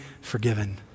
forgiven